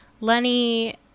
Lenny